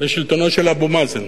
לשלטונו של אבו מאזן.